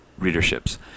readerships